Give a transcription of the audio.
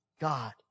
God